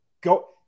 go